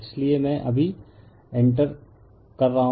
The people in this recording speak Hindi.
इसलिए मैं अभी इंटर कर रहा हूं